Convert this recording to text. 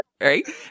right